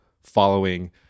following